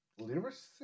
lyricist